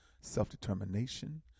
self-determination